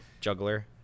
juggler